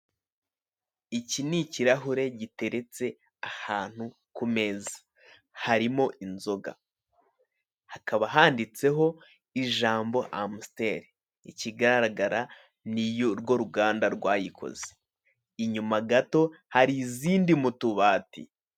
Iki ni ikirahure giteretse ahantu ku meza, harimo inzoga hakaba handitseho ijambo Amstel ikigaragara ni rwo ruganda rwayikoze, inyuma gato hari izindi m'utubati.